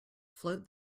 float